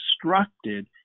constructed